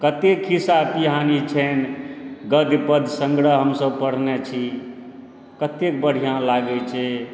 कते खिस्सा पिहानी छनि गद्य पद्य सङ्ग्रह हमसब पढने छी कतेक बढ़िआँ लागै छै